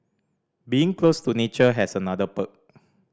being close to nature has another perk